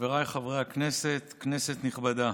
חבריי חברי הכנסת, כנסת נכבדה,